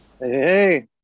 Hey